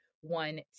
one